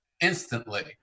instantly